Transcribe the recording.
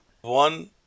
one